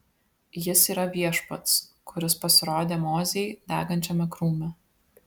jis yra viešpats kuris pasirodė mozei degančiame krūme